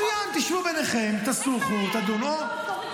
אז מצוין, תשבו ביניכם, תשוחחו ותדונו.